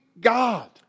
God